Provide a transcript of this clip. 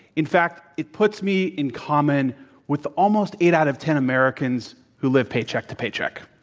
in fact, it puts me in common with almost eight out of ten americans who live paycheck to paycheck.